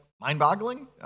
mind-boggling